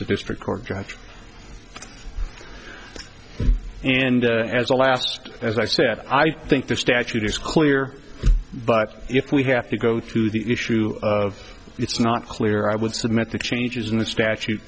a district court judge and as a last as i said i think the statute is clear but if we have to go through the issue of it's not clear i would submit the changes in the statu